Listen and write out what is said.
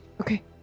Okay